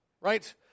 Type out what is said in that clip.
right